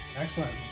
Excellent